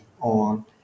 on